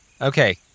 Okay